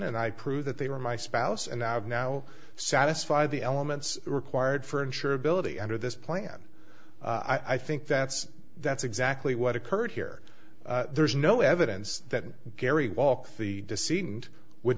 and i prove that they were my spouse and i have now satisfy the elements required for insurability under this plan i think that's that's exactly what occurred here there's no evidence that gary walked the deceit and would